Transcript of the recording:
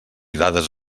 dades